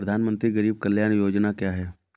प्रधानमंत्री गरीब कल्याण योजना क्या है?